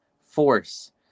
force